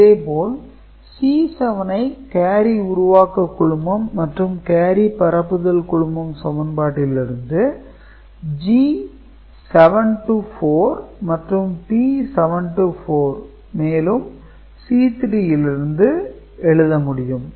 இதேபோல் C7 ஐ carry உருவாக்க குழுமம் மற்றும் கேரி பரப்புதல் குழுமம் சமன்பட்டிலிருந்து G7 4 மற்றும் P7 4 மேலும் C3 லிருந்து எழுத முடியும்